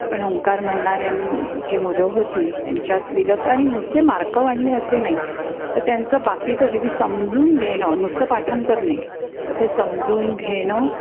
पण ओंकार म्हणराऱ्यांत जी मुलं होती त्यांच्यात विलक्षण आणि नुसते मार्कं वाढले असे नाही तर त्यांचं बाकीचं जे की समजून घेणं नुसतं पाठांतर नाही तर ते समजून घेणं